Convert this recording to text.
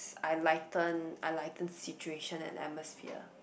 I lighten I lighten situation and atmosphere